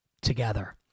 together